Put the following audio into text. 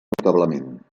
notablement